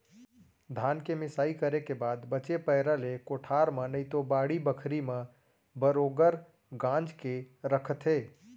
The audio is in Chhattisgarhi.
धान के मिंसाई करे के बाद बचे पैरा ले कोठार म नइतो बाड़ी बखरी म बरोगर गांज के रखथें